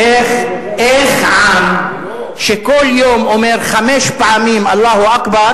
איך עם שכל יום אומר חמש פעמים "אללהו אכבר"